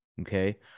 okay